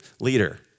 leader